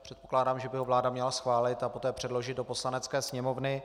Předpokládám, že by ho vláda měla schválit a poté předložit do Poslanecké sněmovny.